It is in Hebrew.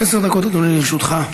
עשר דקות, אדוני, לרשותך.